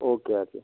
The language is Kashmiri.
او کے اَدٕ کیٛاہ